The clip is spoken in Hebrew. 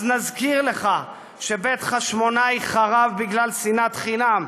אז נזכיר לך שבית חשמונאי חרב בגלל שנאת חינם,